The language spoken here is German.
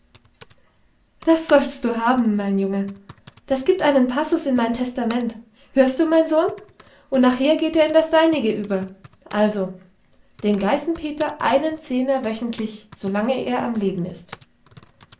das sollst du haben junge das gibt einen passus in mein testament hörst du mein sohn und nachher geht er in das deinige über also dem geißenpeter einen zehner wöchentlich solange er am leben ist